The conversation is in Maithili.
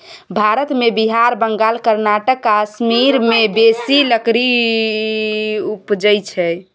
भारत मे बिहार, बंगाल, कर्नाटक, कश्मीर मे बेसी लकड़ी उपजइ छै